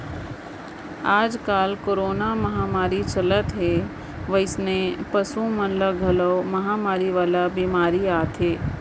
आजकाल कोरोना महामारी चलत हे वइसने पसु मन म घलौ महामारी वाला बेमारी आथे